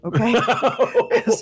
okay